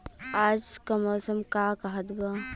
आज क मौसम का कहत बा?